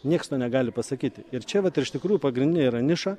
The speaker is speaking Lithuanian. nieks to negali pasakyti ir čia vat ir iš tikrųjų pagrindinė yra niša